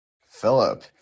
Philip